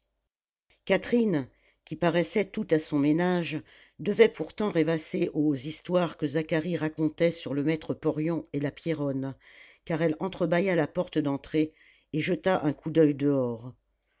catherine qui paraissait toute à son ménage devait pourtant rêvasser aux histoires que zacharie racontait sur le maître porion et la pierronne car elle entrebâilla la porte d'entrée et jeta un coup d'oeil dehors